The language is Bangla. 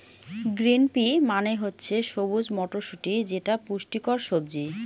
গ্রিন পি মানে হচ্ছে সবুজ মটরশুটি যেটা পুষ্টিকর সবজি